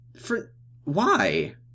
for—why